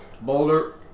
Boulder